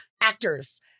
actors